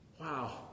Wow